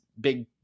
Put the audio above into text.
big